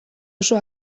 oso